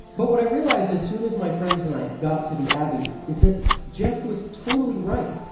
but what i realized as soon as my friends and i got to the abbey is that jef was totally right.